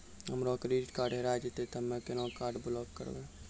हमरो credit card हेरा जेतै ते हम्मय केना कार्ड ब्लॉक करबै?